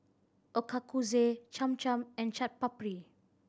Ochazuke Cham Cham and Chaat Papri